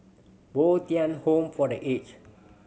Bo Tien Home for The Aged